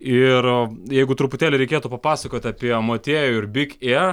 ir jeigu truputėlį reikėtų papasakoti apie motiejų ir big ėr